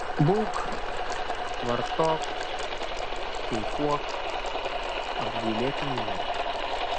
būk vartok kaifuok apgailėtinai mirk